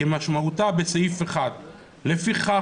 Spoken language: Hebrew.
כמשמעותה בסעיף 1. לפיכך,